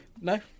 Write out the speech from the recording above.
no